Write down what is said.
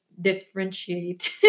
differentiate